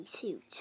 suit